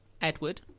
Edward